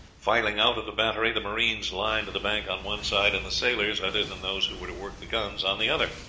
filing out of the battery, the marines lined the bank on one side, and the sailors, other than those who were to work the guns, on the other.